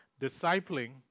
Discipling